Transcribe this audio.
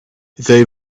they